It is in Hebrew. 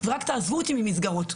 ורק תעזבו אותי ממסגרות.